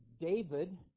David